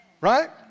right